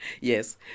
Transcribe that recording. yes